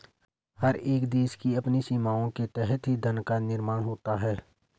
हर एक देश की अपनी सीमाओं के तहत ही धन का निर्माण होता है